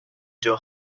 too